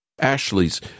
Ashley's